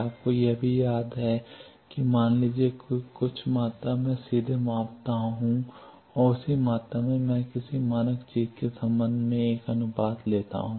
आपको यह भी याद है कि मान लीजिए कि कुछ मात्रा मैं सीधे मापता हूं और उसी मात्रा में मैं किसी मानक चीज़ के संबंध में एक अनुपात लेता हूं